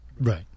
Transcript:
right